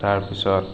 তাৰ পিছত